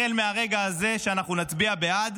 החל מהרגע הזה שאנחנו נצביע בעד,